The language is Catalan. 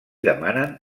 demanen